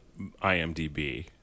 IMDb